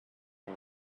and